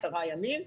10 ימים,